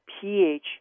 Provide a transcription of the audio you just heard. pH